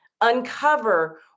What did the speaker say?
uncover